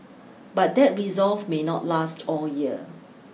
but that resolve may not last all year